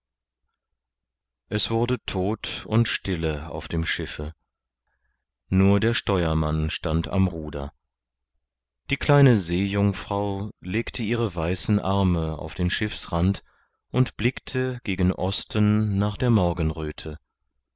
es wurde tot und stille auf dem schiffe nur der steuermann stand am ruder die kleine seejungfrau legte ihre weißen arme auf den schiffsrand und blickte gegen osten nach der morgenröte